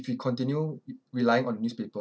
if we continue relying on newspaper